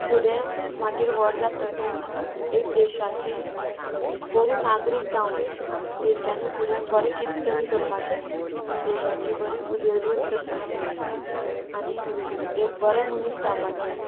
फुडें मागीर व्हड जातकर एक देशाची बरें नागरीक जावूंन तेंच्यानी फुडें बरें कितें तरी करपाचे देशाचे बरी उदरगत करपाची आनी एक बरें मनीस जावपाचे